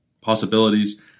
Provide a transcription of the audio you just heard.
possibilities